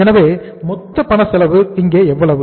எனவே மொத்த பண செலவு இங்கே எவ்வளவு